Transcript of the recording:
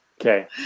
Okay